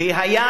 והיה